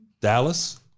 Dallas